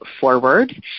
forward